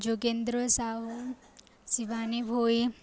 Yogendra Sahu Shivani Bhoi